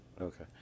Okay